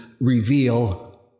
reveal